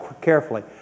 carefully